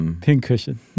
Pincushion